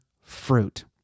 fruit